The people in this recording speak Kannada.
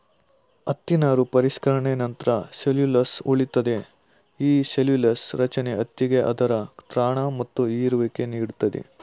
ಹತ್ತಿ ನಾರು ಪರಿಷ್ಕರಣೆ ನಂತ್ರ ಸೆಲ್ಲ್ಯುಲೊಸ್ ಉಳಿತದೆ ಈ ಸೆಲ್ಲ್ಯುಲೊಸ ರಚನೆ ಹತ್ತಿಗೆ ಅದರ ತ್ರಾಣ ಮತ್ತು ಹೀರುವಿಕೆ ನೀಡ್ತದೆ